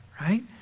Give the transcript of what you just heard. Right